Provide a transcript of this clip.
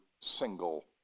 single